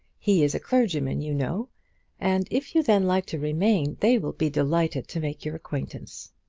he is a clergyman, you know and if you then like to remain, they will be delighted to make your acquaintance.